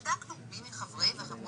אשמח שאפילו אחרי הדיון תבדוק ותחזור